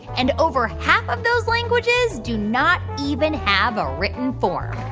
and over half of those languages do not even have a written form.